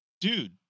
dude